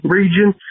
region